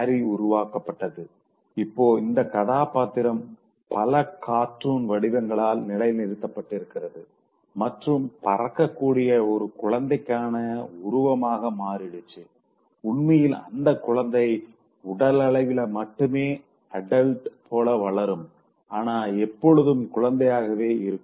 M Barry உருவாக்கப்பட்டதுஇப்போ இந்த கதாபாத்திரம் பல கார்ட்டூன் வடிவங்களால் நிலை நிறுத்தப்பட்டிருக்கிறது மற்றும் பறக்கக் கூடிய ஒரு குழந்தைக்கான உருவமாக மாறிடுச்சு உண்மையில் அந்த குழந்தை உடலளவில மட்டுமே அடல்ட் போல வளரும் ஆனா எப்பொழுதும் குழந்தையாகவே இருக்கும்